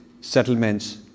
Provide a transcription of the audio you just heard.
settlements